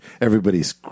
everybody's